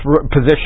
position